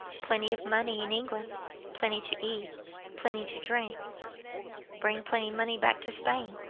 plenty of money in england plenty to eat plenty to drink bring plenty money back to spain.